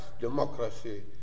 democracy